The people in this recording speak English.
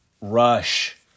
rush